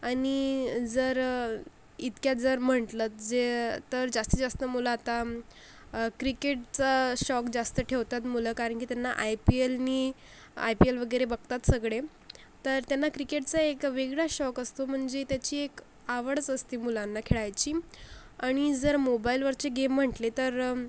आणि जर इतक्यात जर म्हटलं जे तर जास्तीत जास्त मुलं आता क्रिकेटचा षोक जास्त ठेवतात मुलं कारण की त्यांना आय पी एलनी आय पी एल वगैरे बघतात सगळे तर त्यांना क्रिकेटचा एक वेगळाच षोक असतो म्हणजे त्याची एक आवडच असते मुलांना खेळायची अणि जर मोबाईलवरचे गेम म्हटले तर